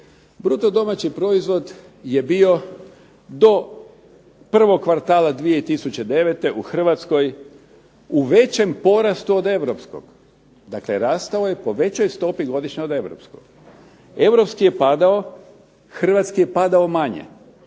Bruto domaći proizvod je bio do prvog kvartala 2009. u Hrvatskoj u većem porastu od europskog, dakle rastao je po većoj stopi godišnje od europskog. Europski je padao, hrvatski je padao manje.